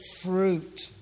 fruit